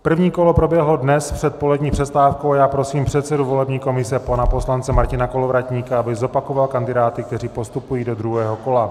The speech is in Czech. První kolo proběhlo dnes před polední přestávkou a já prosím předsedu volební komise, pana poslance Martina Kolovratníka, aby zopakoval kandidáty, kteří postupují do druhého kola.